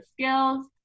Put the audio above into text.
skills